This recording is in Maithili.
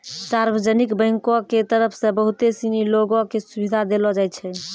सार्वजनिक बैंको के तरफ से बहुते सिनी लोगो क सुविधा देलो जाय छै